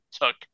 took